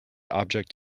object